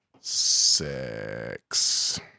six